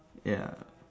ya